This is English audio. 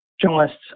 journalists